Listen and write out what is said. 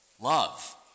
Love